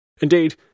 Indeed